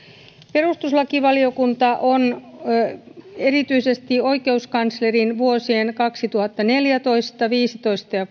perustuslakivaliokunta on erityisesti oikeuskanslerin vuosien kaksituhattaneljätoista kaksituhattaviisitoista ja